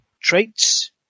traits